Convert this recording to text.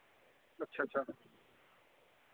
अच्छा अच्छा